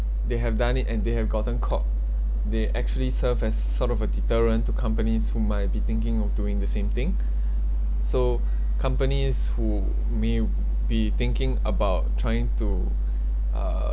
they have done it and they have gotten caught they actually serve as sort of a deterrent to companies who might be thinking of doing the same thing so companies who may be thinking about trying to uh